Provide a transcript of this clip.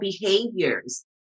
behaviors